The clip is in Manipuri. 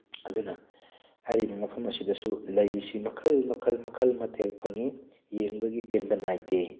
ꯑꯗꯨꯅ ꯍꯥꯏꯔꯤꯕ ꯃꯐꯝ ꯑꯁꯤꯗꯁꯨ ꯂꯩ ꯁꯤ ꯃꯈꯜ ꯃꯈꯜ ꯃꯈꯜ ꯃꯊꯦꯜ ꯐꯪꯉꯤ ꯌꯦꯡꯕꯒꯤ ꯄꯦꯟꯕ ꯅꯥꯏꯗꯦ